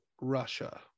russia